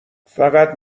فقط